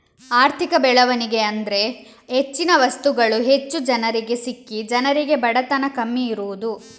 ಆರ್ಥಿಕ ಬೆಳವಣಿಗೆ ಅಂದ್ರೆ ಹೆಚ್ಚಿನ ವಸ್ತುಗಳು ಹೆಚ್ಚು ಜನರಿಗೆ ಸಿಕ್ಕಿ ಜನರಿಗೆ ಬಡತನ ಕಮ್ಮಿ ಇರುದು